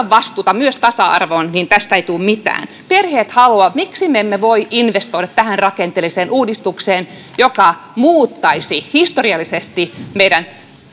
vastuuta myös tasa arvosta niin tästä ei tule mitään kun perheet haluavat miksi me emme voi investoida tähän rakenteelliseen uudistukseen joka muuttaisi historiallisesti meidän